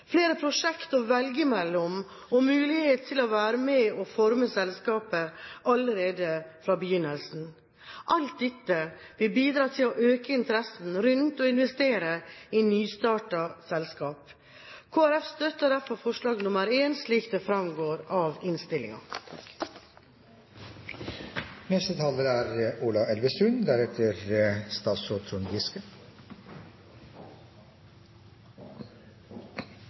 flere prosjekt å velge mellom og mulighet til å være med og forme selskapet allerede fra begynnelsen. Alt dette vil bidra til å øke interessen rundt det å investere i nystartede selskap. Kristelig Folkeparti støtter derfor forslag nr. 1, slik det fremgår av